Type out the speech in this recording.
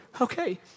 Okay